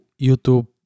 YouTube